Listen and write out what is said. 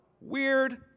Weird